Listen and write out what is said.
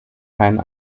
keinen